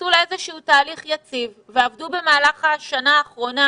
ונכנסו לאיזשהו תהליך יציב ועבדו במהלך השנה האחרונה